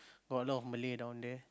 got a lot of Malay down there